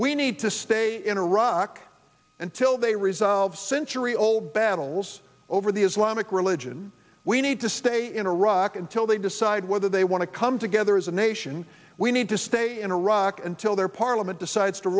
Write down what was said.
we need to stay in iraq until they resolve century old battles over the islamic religion we need to stay in iraq until they decide whether they want to come together as a nation we need to stay in iraq until their parliament decides to